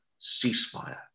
ceasefire